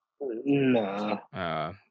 No